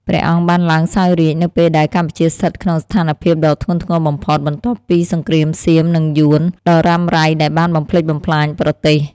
ព្រះអង្គបានឡើងសោយរាជ្យនៅពេលដែលកម្ពុជាស្ថិតក្នុងស្ថានភាពដ៏ធ្ងន់ធ្ងរបំផុត បន្ទាប់ពីសង្គ្រាមសៀម-យួនដ៏រ៉ាំរ៉ៃដែលបានបំផ្លិចបំផ្លាញប្រទេស។